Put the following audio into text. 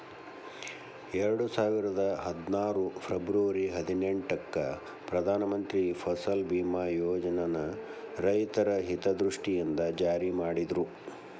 ಎರಡುಸಾವಿರದ ಹದ್ನಾರು ಫೆಬರ್ವರಿ ಹದಿನೆಂಟಕ್ಕ ಪ್ರಧಾನ ಮಂತ್ರಿ ಫಸಲ್ ಬಿಮಾ ಯೋಜನನ ರೈತರ ಹಿತದೃಷ್ಟಿಯಿಂದ ಜಾರಿ ಮಾಡಿದ್ರು